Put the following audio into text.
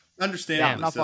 Understand